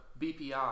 BPI